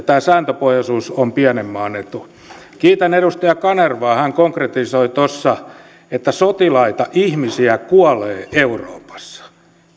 tämä sääntöpohjaisuus on pienen maan etu kiitän edustaja kanervaa hän konkretisoi tuossa että sotilaita ihmisiä kuolee euroopassa